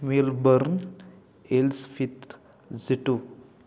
Welbourne एल्स्फिथ झिटू